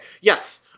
Yes